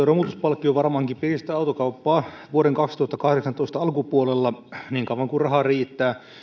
romutuspalkkio varmaankin piristää autokauppaa vuoden kaksituhattakahdeksantoista alkupuolella niin kauan kuin rahaa riittää